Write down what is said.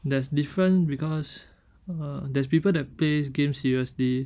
there's different because uh there's people that plays game seriously